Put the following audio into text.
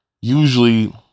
Usually